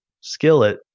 skillet